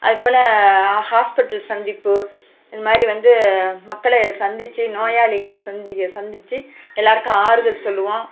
அதுபோல் ஹாஸ்பிடல் சந்திப்பு இந்த மாதிரி வந்து மக்களை சந்திச்சு நோயாளிகள் சந்தி சந்திச்சு எல்லாருக்கும் ஆறுதல் சொல்லுவோம்